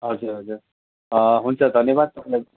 हजुर हजुर हुन्छ धन्यवाद तपाईँलाई